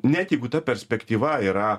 net jeigu ta perspektyva yra